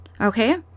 Okay